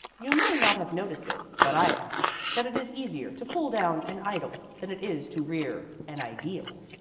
you may not have noticed it, but i have that it is easier to pull down an idol than it is to rear an ideal.